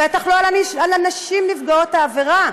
בטח לא על הנשים נפגעות העבירה.